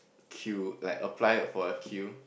queue like apply for a queue